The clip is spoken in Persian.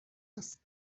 است